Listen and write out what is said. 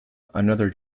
another